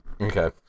Okay